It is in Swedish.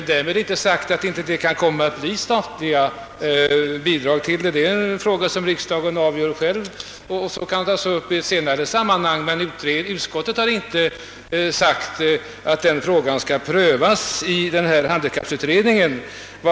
Därmed är inte sagt att det inte kan komma att bli statliga bidrag till detta ändamål. En sådan fråga avgör riksdagen själv och den kan tagas upp i ett senare sammanhang. Utskottet har emellertid inte sagt att denna fråga skall prövas av handikapputredningen.